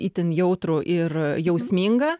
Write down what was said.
itin jautrų ir jausmingą